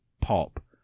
Pop